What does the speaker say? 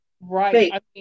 Right